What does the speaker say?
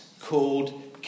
called